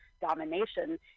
domination